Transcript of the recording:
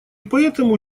поэтому